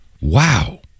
Wow